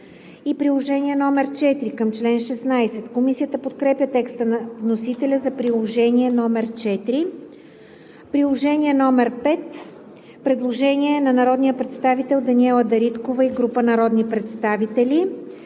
Приложение № 4 към чл. 16. Комисията подкрепя текста на вносителя за Приложение № 4. По Приложение № 5 има предложение на народния представител Даниела Дариткова и група народни представители.